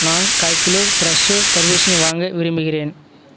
நான் காய்கிலோ ஃப்ரெஷ்ஷோ தர்பூசணி வாங்க விரும்புகிறேன்